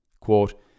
Quote